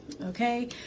okay